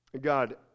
God